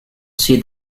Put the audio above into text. see